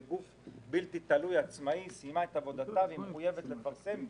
זה גוף בלתי תלוי, עצמאי, הוא מחויב לפרסם.